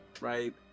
Right